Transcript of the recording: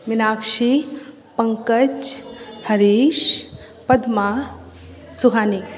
Meenakshi Pankaj Harish Padma Suhani